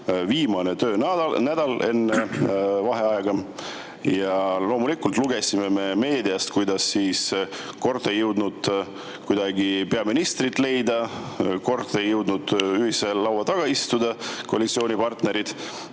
viimane töönädal enne vaheaega. Ja loomulikult lugesime me meediast, et kord ei jõutud kuidagi peaministrit leida, kord ei jõudnud ühise laua taga istuda koalitsioonipartnerid.